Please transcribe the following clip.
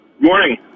Morning